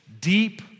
deep